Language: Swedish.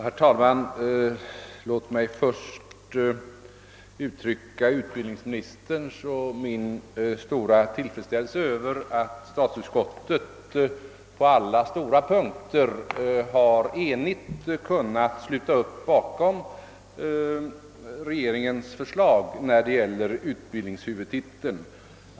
Herr talman! Låt mig först uttrycka utbildningsministerns och min stora tillfredsställelse över att statsutskottet på alla väsentliga punkter har enigt kunnat sluta upp bakom regeringens förslag när det gäller utbildningshuvudtiteln.